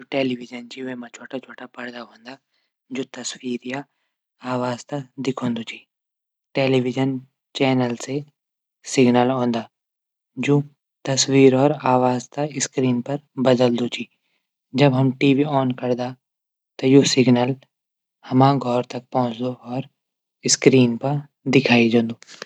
टेलीविजन च वे मा छुटा छुटा परदा हूंदा। जू तस्वीर या आवाज तै दिखांदू। टेलीविजन चैनल से सिग्नल औंदा। जू तस्वीर और आवाज थै स्क्रीन पर बदलदू च जब हम टीबी आॉन करदा। त यू सिग्नल हमरू घौर तक पहुंचदू। और स्क्रीन पर दिखाई दींदू।